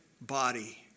body